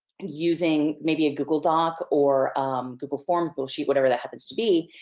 and using may be a google doc, or google form, google sheet, whatever that happens to be.